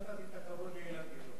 נתתי את הכבוד לאילן גילאון.